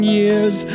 years